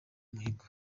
umuhigo